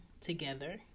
together